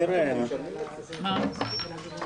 שילכו.